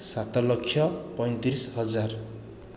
ସାତ ଲକ୍ଷ ପଇଁତିରିଶ ହଜାର